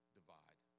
divide